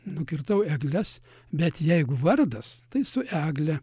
nukirdau egles bet jeigu vardas tai su egle